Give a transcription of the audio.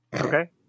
Okay